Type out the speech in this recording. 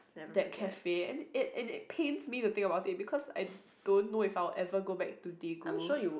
that cafe and it it it pains me the things about it because I don't know if I would ever go back to Daegu